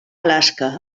alaska